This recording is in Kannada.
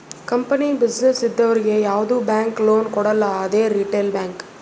ಕಂಪನಿ, ಬಿಸಿನ್ನೆಸ್ ಇದ್ದವರಿಗ್ ಯಾವ್ದು ಬ್ಯಾಂಕ್ ಲೋನ್ ಕೊಡಲ್ಲ ಅದೇ ರಿಟೇಲ್ ಬ್ಯಾಂಕ್